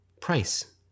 price